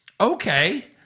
Okay